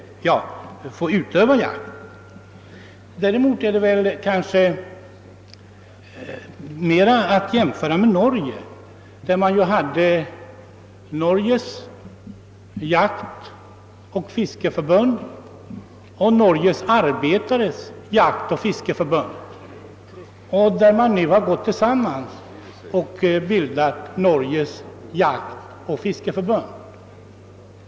Däremot är det kanske riktigare att göra jämförelser med Norge. Där fanns tidigare Norges jaktoch fiskeförbund och Norges arbetares jaktoch fiskeförbund — för att något försvenska namnen. Dessa förbund har nu gått ihop och bildat Norges jaktoch fiskeförbund.